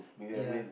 ya